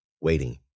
waiting